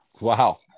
Wow